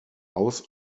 aus